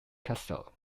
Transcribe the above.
kassel